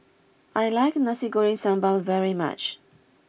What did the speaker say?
I like Nasi Goreng Sambal very much